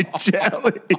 jelly